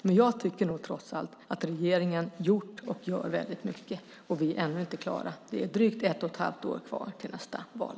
Men jag tycker trots allt att regeringen har gjort och gör mycket. Vi är ännu inte klara. Det är drygt ett och ett halvt år kvar till nästa val.